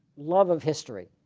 love of history